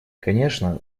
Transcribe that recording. конечно